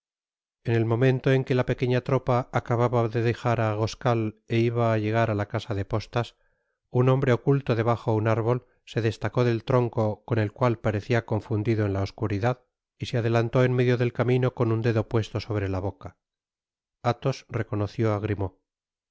en el momento en que la pequeña tropa acababa de dejar á goskal é iba á llegar á la casa de postas un hombre ocutto debajo un árbol se destacó del tronco con el cual parecia confundido en la oscuridad y se adelantó en medio del camino con un dedo puesio sobre la boca athos reconoció á grimaud qué